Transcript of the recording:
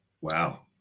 Wow